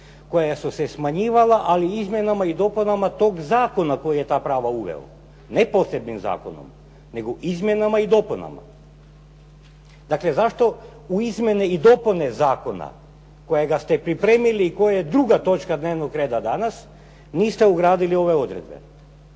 koja su se smanjivala, ali izmjenama i dopunama tog zakona koji je ta prava uveo, ne posebnim zakonom, nego izmjenama i dopunama. Dakle, zašto u izmjene i dopune zakona kojega ste pripremili i koji je druga točka dnevnog reda danas niste ugradili ove odredbe?